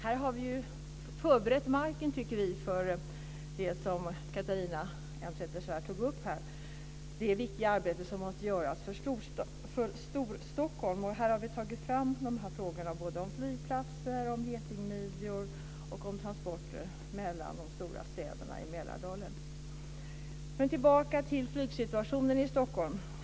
Här har vi ju förberett marken, tycker vi, för det som Catharina Elmsäter-Svärd tog upp här, det viktiga arbete som måste göras för Storstockholm. Och här har vi tagit upp frågor som handlar om flygplatser, getingmidjor och transporter mellan de stora städerna i Mälardalen. Men tillbaka till flygsituationen i Stockholm.